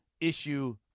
issue